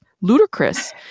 ludicrous